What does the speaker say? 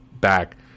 back